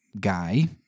guy